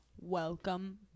welcome